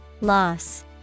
Loss